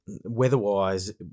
weather-wise